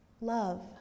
Love